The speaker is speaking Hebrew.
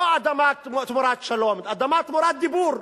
לא אדמה תמורת שלום, אדמה תמורת דיבור.